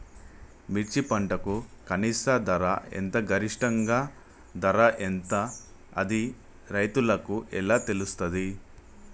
మిర్చి పంటకు కనీస ధర ఎంత గరిష్టంగా ధర ఎంత అది రైతులకు ఎలా తెలుస్తది?